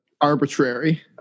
arbitrary